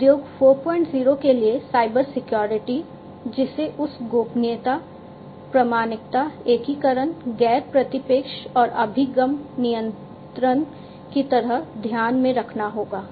उद्योग 40 के लिए साइबर सिक्योरिटी जिसे उस गोपनीयता प्रामाणिकता एकीकरण गैर प्रतिक्षेप और अभिगम नियंत्रण की तरह ध्यान में रखना होगा